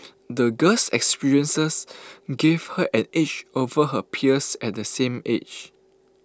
the girl's experiences gave her an edge over her peers of the same age